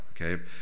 okay